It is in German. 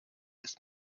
ist